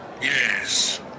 Yes